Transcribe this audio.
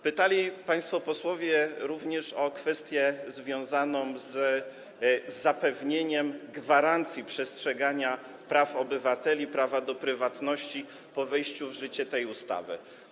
Państwo posłowie pytali również o kwestię związaną z zapewnieniem gwarancji przestrzegania praw obywateli, prawa do prywatności po wejściu w życie tej ustawy.